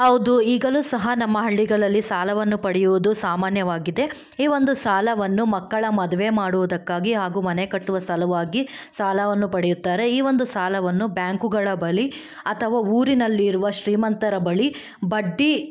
ಹೌದು ಈಗಲೂ ಸಹ ನಮ್ಮ ಹಳ್ಳಿಗಳಲ್ಲಿ ಸಾಲವನ್ನು ಪಡೆಯುವುದು ಸಾಮಾನ್ಯವಾಗಿದೆ ಈ ಒಂದು ಸಾಲವನ್ನು ಮಕ್ಕಳ ಮದುವೆ ಮಾಡುವುದಕ್ಕಾಗಿ ಹಾಗೂ ಮನೆ ಕಟ್ಟುವ ಸಲುವಾಗಿ ಸಾಲವನ್ನು ಪಡೆಯುತ್ತಾರೆ ಈ ಒಂದು ಸಾಲವನ್ನು ಬ್ಯಾಂಕುಗಳ ಬಳಿ ಅಥವಾ ಊರಿನಲ್ಲಿರುವ ಶ್ರೀಮಂತರ ಬಳಿ ಬಡ್ಡಿ